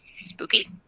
Spooky